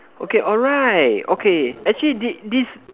okay alright okay actually this this